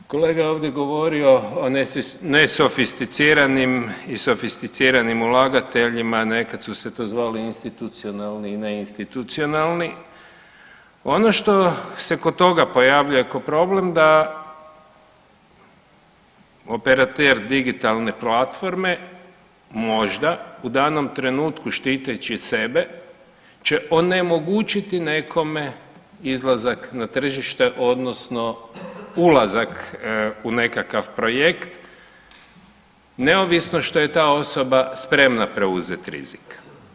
E sada, kolega je ovdje govorio o ne sofisticiranim i sofisticiranim ulagateljima, neka su se to zvali institucionalni i ne institucionalni, ono što se kod toga pojavljuje ko problem da operater digitalne platforme možda u danom trenutku štiteći sebe će onemogućiti nekome izlazak na tržište odnosno ulazak u nekakav projekt neovisno što je ta osoba sprema preuzeti rizik.